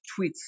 tweets